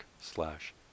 slash